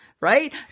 Right